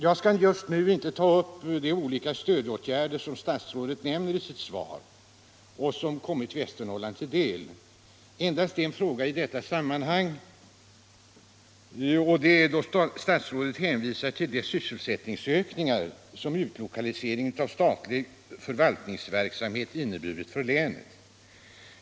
Jag skall just nu inte ta upp alla de olika stödåtgärder som statsrådet nämner i sitt svar och som kommit Västernorrland till del utan endast en fråga i detta sammanhang, nämligen den där statsrådet hänvisar till de sysselsättningsökningar som utlokaliseringen av statlig förvaltningsverksamhet inneburit för länet.